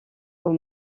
aux